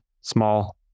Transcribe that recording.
small